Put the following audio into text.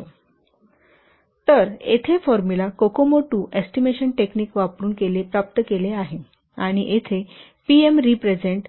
01 तर येथे formula COCOMO 2 estimation technique वापरुन प्राप्त केले गेले आहे आणि येथे PM रिप्रेझेन्ट